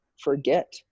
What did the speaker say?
forget